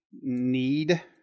need